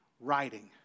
writing